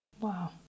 Wow